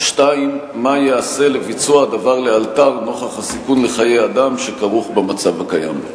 2. מה ייעשה לביצוע הדבר לאלתר נוכח הסיכון לחיי אדם שכרוך במצב הקיים?